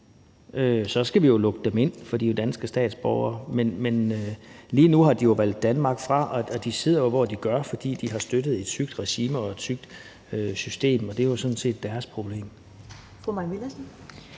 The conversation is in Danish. så skal vi jo lukke dem ind, for de er danske statsborgere. Men lige nu har de valgt Danmark fra, og de sidder jo, hvor de gør, fordi de har støttet et sygt regime og et sygt system. Det er sådan set deres problem. Kl. 15:18 Første